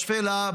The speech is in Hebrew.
בשפלה,